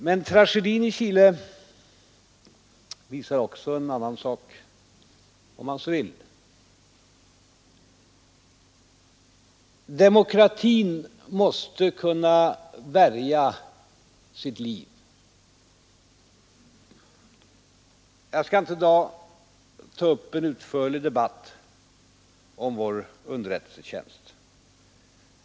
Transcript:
Men tragedin i Chile visar också en annan sak. Demokratin måste kunna värja sitt liv. Jag skall inte i dag ta upp en utförlig debatt om vår underrättelsetjänst.